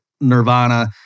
nirvana